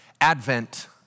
Advent